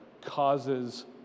causes